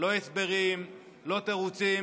לא הסברים, לא תירוצים.